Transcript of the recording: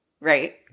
right